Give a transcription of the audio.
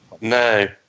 No